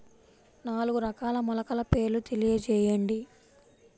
నాలుగు రకాల మొలకల పేర్లు తెలియజేయండి?